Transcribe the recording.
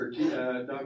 Dr